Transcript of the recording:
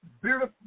beautiful